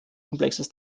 komplexes